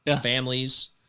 Families